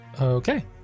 Okay